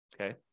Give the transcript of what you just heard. Okay